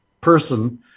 person